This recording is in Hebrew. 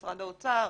משרד האוצר,